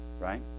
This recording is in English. right